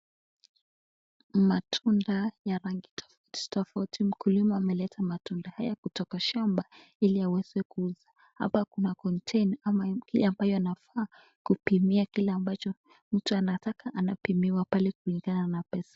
Matunda ya rangi tofauti tofauti mkulima amelete matunda haya kutoka shamba ili aweze kuuza. Hapa kuna koteina,(cs),ama ile ambayo inafaa kupimi kile ambacho mtu anataka anapimiwa pale kulingana na pesa.